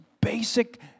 basic